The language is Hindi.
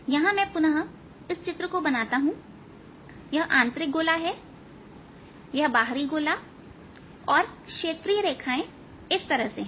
यहां मैं पुनः इस चित्र को बनाता हूंयह आंतरिक गोला हैयह बाहरी गोला और क्षेत्रीय रेखाएं इस तरह की हैं